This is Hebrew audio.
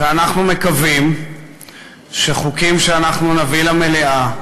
ואנחנו מקווים שחוקים שאנחנו נביא למליאה,